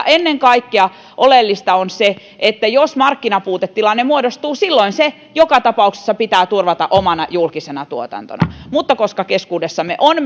ennen kaikkea oleellista on se että jos markkinapuutetilanne muodostuu niin silloin se joka tapauksessa pitää turvata omana julkisena tuotantona mutta koska keskuudessamme on